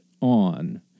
on